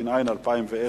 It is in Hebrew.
התש"ע 2010,